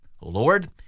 Lord